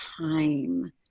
time